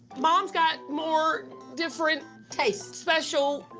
mom's got more different. tastes. special.